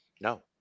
No